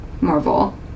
Marvel